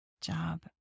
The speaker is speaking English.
job